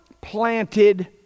planted